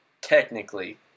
technically